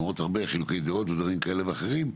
למרות הרבה חילוקי דעות ודברים כאלה ואחרים,